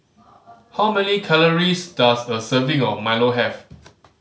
how many calories does a serving of milo have